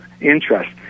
interest